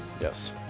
Yes